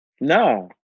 No